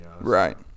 Right